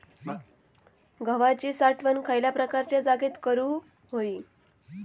गव्हाची साठवण खयल्या प्रकारच्या जागेत करू होई?